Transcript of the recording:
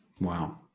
Wow